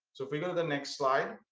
so if we go to the next slide.